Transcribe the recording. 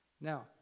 Now